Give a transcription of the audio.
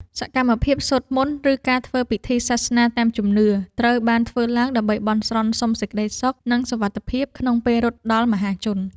សកម្មភាពសូត្រមន្ត ឬការធ្វើពិធីសាសនាតាមជំនឿ ត្រូវបានធ្វើឡើងដើម្បីបន់ស្រន់សុំសេចក្ដីសុខ និងសុវត្ថិភាពក្នុងពេលរត់ដល់មហាជន។